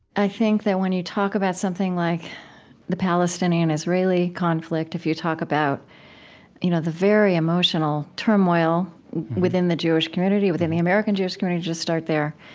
i think that when you talk about something like the palestinian-israeli conflict, if you talk about you know the very emotional turmoil within the jewish community, within the american jewish community, just start there,